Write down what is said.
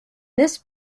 this